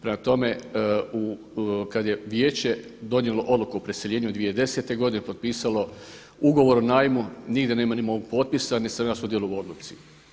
Prema tome kada je vijeće donijelo odluku o preseljenju 2010. godine, potpisalo ugovor o najmu, nigdje nema ni mog potpisa niti sam ja sudjelovao u odluci.